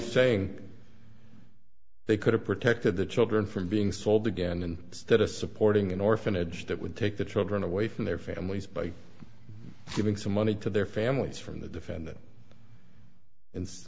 saying they could have protected the children from being sold again and that is supporting an orphanage that would take the children away from their families by giving some money to their families from the defendant